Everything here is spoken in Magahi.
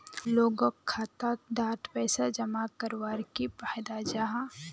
लोगोक खाता डात पैसा जमा कवर की फायदा जाहा?